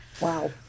Wow